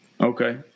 Okay